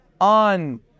On